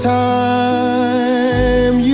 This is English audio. time